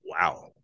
Wow